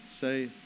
say